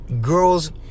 girls